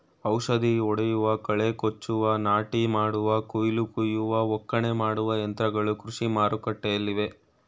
ಔಷಧಿ ಹೊಡೆಯುವ, ಕಳೆ ಕೊಚ್ಚುವ, ನಾಟಿ ಮಾಡುವ, ಕುಯಿಲು ಕುಯ್ಯುವ, ಒಕ್ಕಣೆ ಮಾಡುವ ಯಂತ್ರಗಳು ಕೃಷಿ ಮಾರುಕಟ್ಟೆಲ್ಲಿವೆ